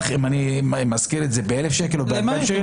אם אני משכיר את זה ב-1,000 שקל או ב-2,000 שקל.